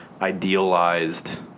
idealized